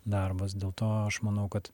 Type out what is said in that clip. darbas dėl to aš manau kad